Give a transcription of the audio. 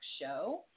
show